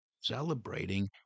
celebrating